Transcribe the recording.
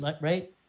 right